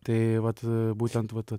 tai vat būtent vat